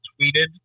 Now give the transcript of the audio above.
tweeted